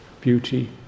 beauty